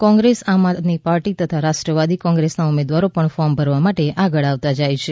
કોંગ્રેસ આમ આદમી પાર્ટી તથા રાષ્ટ્રવાદી કોંગ્રેસના ઉમેદવારો પણ ફોર્મ ભરવા માટે આગળ આવતા જાય છે